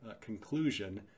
conclusion